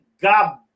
God